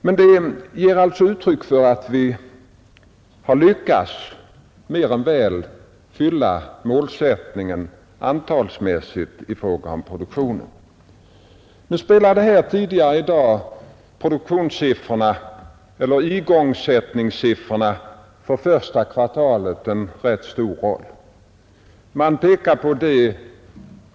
Dessa siffror ger alltså uttryck för att vi har lyckats mer än väl uppfylla den antalsmässiga målsättningen i fråga om produktionen. Under debatten tidigare i dag spelade igångsättningssiffrorna för första kvartalet en ganska stor roll.